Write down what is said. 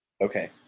okay